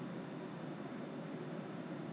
then Singapore our govern~